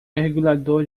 mergulhador